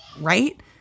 right